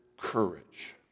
courage